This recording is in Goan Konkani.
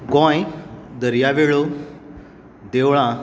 गोंय दर्यावेळो देवळां